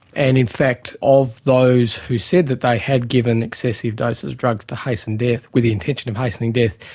and in fact, of those who said that they had given excessive doses, drugs to hasten death, with the intention of hastening death,